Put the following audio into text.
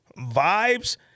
vibes